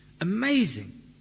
Amazing